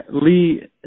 Lee